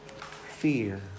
fear